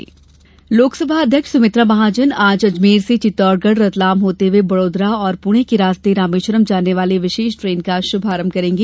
train सौगात लोकसभा अध्यक्ष सुमित्रा महाजन आज अजमेर से चित्तौड़गढ़ रतलाम होते हुए बड़ौदरा और पुणे के रास्ते रामेश्वरम जाने वाली विशेष ट्रेन का शुभारंभ करेंगी